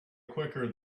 quicker